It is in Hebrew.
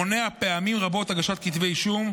מונעת פעמים רבות הגשת כתבי אישום.